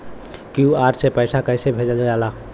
QR से पैसा कैसे भेजल जाला?